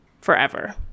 forever